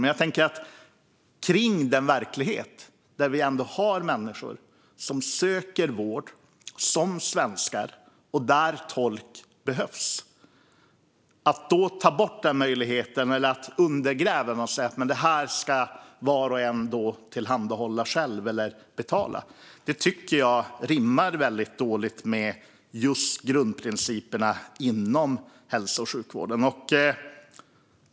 Men i den verklighet där vi ändå har människor som söker vård som svenskar och där tolk behövs vill man nu ta bort eller undergräva den möjligheten och säger att det här ska var och en tillhandahålla eller betala själv. Det tycker jag rimmar väldigt illa med just grundprinciperna inom hälso och sjukvården.